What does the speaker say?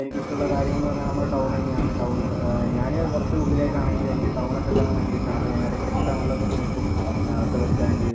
എനിക്ക് ഇഷ്ട്ടമുള്ള കാര്യങ്ങളെന്ന് പറഞ്ഞാൽ നമ്മുടെ ടൗൺ തന്നെയാണ് ടൗൺ ഞാൻ കുറച്ച് ഉള്ളിലേക്കാണെങ്കിലും എനിക്ക് ടൗണൊക്കെ കാണാൻ ഭയങ്കര ഇഷ്ടമാണ് അപ്പം ഞാൻ ഇടയ്ക്കിടയ്ക്ക് ടൗണിലൊക്കെ പോയി നിൽക്കും അവിടത്തെ ബസ് സ്റ്റാൻഡ്